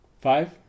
Five